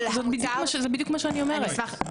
זה בדיוק מה שאני אומרת.